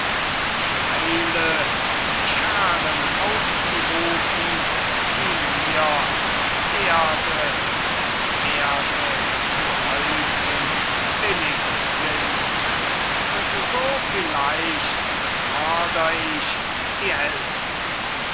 ich eile die scharen aufzurufen die mir noch erde mit erde zu häufen willig sind und so vielleicht befördr ich die hälfte